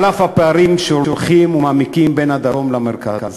על אף הפערים ההולכים ומעמיקים בין הדרום למרכז,